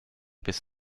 bis